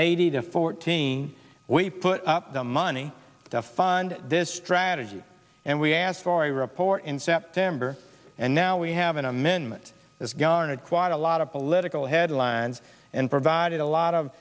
eighty to fourteen we put up the money to fund this strategy and we asked for a report in september and now we have an amendment as garnered quite a lot of political headlines and provided a lot of